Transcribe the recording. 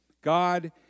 God